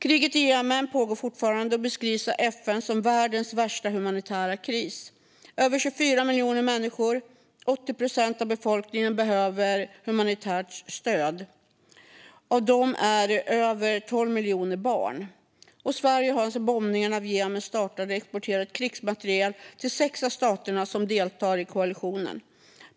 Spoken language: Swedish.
Kriget i Jemen pågår fortfarande och beskrivs av FN som världens värsta humanitära kris. Över 24 miljoner människor, 80 procent av befolkningen, behöver humanitärt stöd. Av dem är över 12 miljoner barn. Sverige har sedan bombningarna av Jemen startade exporterat krigsmateriel till sex av staterna som deltar i koalitionen.